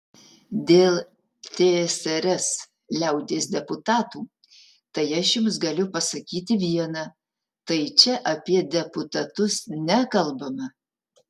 dėl tsrs liaudies deputatų tai aš jums galiu pasakyti viena tai čia apie deputatus nekalbama